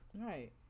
Right